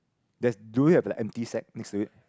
there's do we have like empty sack next to it